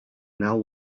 now